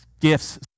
Gifts